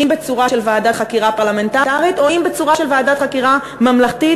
אם בצורה של ועדת חקירה פרלמנטרית או אם בצורה של ועדת חקירה ממלכתית,